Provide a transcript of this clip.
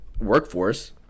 workforce